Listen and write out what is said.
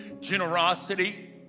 Generosity